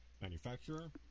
manufacturer